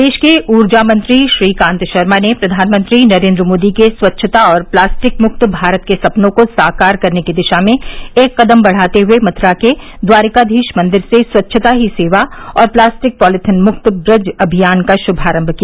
प्रदेश के ऊर्जा मंत्री श्रीकांत शर्मा ने प्रधानमंत्री नरेन्द्र मोदी के स्वच्छता और प्लास्टिक मुक्त भारत के सपनों को साकार करने की दिशा में एक कदम बढ़ाते हुए मथुरा के द्वारिकधीश मंदिर से स्वच्छता ही सेवा और प्लास्टिक पालिथीन मुक्त ब्रज अभियान का शुभारम्भ किया